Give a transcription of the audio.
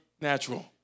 natural